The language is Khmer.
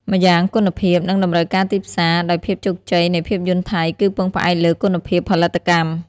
ម្យ៉ាងគុណភាព និងតម្រូវការទីផ្សារ ដោយភាពជោគជ័យនៃភាពយន្តថៃគឺពឹងផ្អែកលើ គុណភាពផលិតកម្ម។